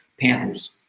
Panthers